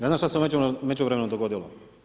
Ne znam šta se u međuvremenu dogodilo.